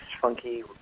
funky